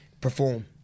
perform